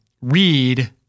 read